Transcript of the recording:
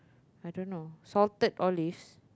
I don't know sorted all list